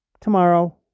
tomorrow